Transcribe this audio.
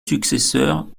successeurs